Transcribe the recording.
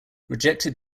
rejected